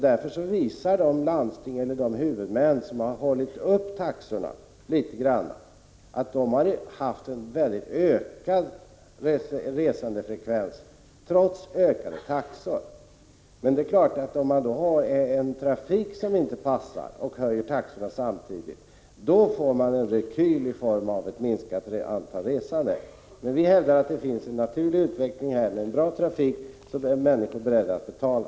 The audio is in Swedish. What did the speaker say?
Därför visar de områden där huvudmännen hållit taxorna på en något högre nivå en ökad resandefrekvens, trots ökade taxor. Men om man har en trafik som inte passar och samtidigt höjer taxorna, då får man naturligtvis en rekyl i form av ett minskat antal resande. Vi hävdar alltså att det finns en naturlig utveckling i det här avseendet: med en bra trafik är människor beredda att betala.